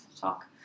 talk